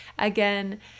Again